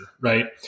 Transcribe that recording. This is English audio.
right